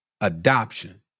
adoption